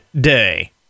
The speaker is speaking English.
Day